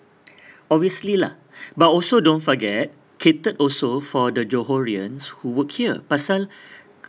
obviously lah but also don't forget catered also for the johorians who work here pasal